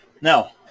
Now